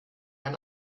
ein